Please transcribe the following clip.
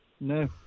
No